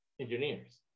engineers